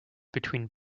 between